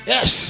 Yes